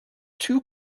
two